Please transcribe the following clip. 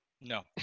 No